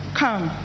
come